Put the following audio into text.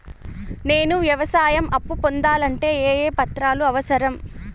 నేను వ్యవసాయం అప్పు పొందాలంటే ఏ ఏ పత్రాలు అవసరం?